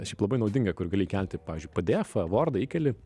šiaip labai naudinga kur gali įkelti pavyzdžiui pd efą vordą įkeli